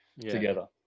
together